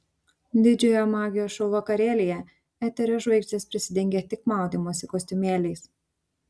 didžiojo magijos šou vakarėlyje eterio žvaigždės prisidengė tik maudymosi kostiumėliais